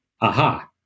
Aha